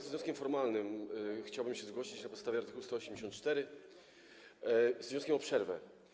Z wnioskiem formalnym chciałbym się zgłosić, na podstawie art. 184, z wnioskiem o przerwę.